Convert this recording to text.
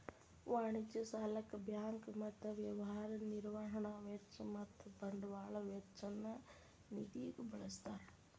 ವಾಣಿಜ್ಯ ಸಾಲಕ್ಕ ಬ್ಯಾಂಕ್ ಮತ್ತ ವ್ಯವಹಾರ ನಿರ್ವಹಣಾ ವೆಚ್ಚ ಮತ್ತ ಬಂಡವಾಳ ವೆಚ್ಚ ನ್ನ ನಿಧಿಗ ಬಳ್ಸ್ತಾರ್